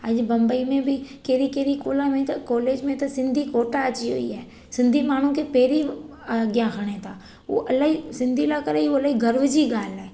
अॼु बंबई में बि कहिड़ी कहिड़ी गोला में त कॉलेज में त सिंधी कोटा अची वयी आहे सिंधी माण्हू खे पहिरीं अॻियां खणनि था उहे अलाई सिंधी लाइ करे उहे अलाई गर्व जी ॻाल्हि आहे